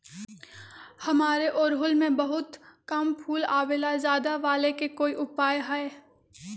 हमारा ओरहुल में बहुत कम फूल आवेला ज्यादा वाले के कोइ उपाय हैं?